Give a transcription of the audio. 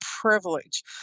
privilege